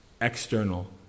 External